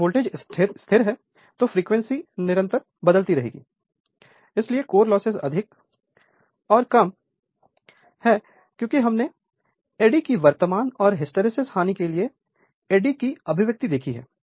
यदि वोल्टेज स्थिर है तो फ्रीक्वेंसी निरंतर है इसलिए कोर लॉस अधिक ओर कम है क्योंकि हमने एड़ी की वर्तमान और हिस्टैरिसीस हानि के लिए एड़ी की अभिव्यक्ति देखी है